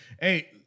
Hey